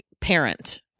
parent